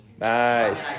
Nice